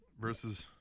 versus